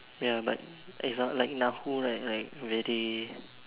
ya but it's not like Nahu right like very